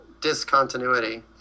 discontinuity